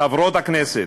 חברות הכנסת,